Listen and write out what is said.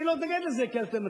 אני לא אתנגד לזה כאלטרנטיבה.